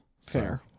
Fair